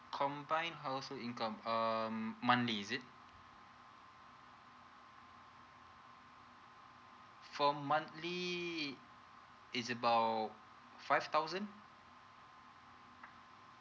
combine household income um monthly is it for monthly it's about five thousand